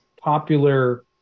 popular